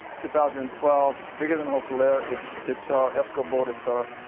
two thousand and twelve. it's bigger than hokule'a. it's it's our escrow boat, it's our